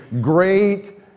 Great